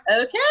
okay